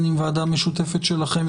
בין אם ועדה משותפת שלכם,